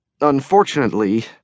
Unfortunately